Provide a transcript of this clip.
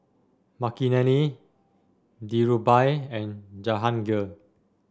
Makineni Dhirubhai and Jahangir